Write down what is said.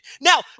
Now